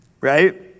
right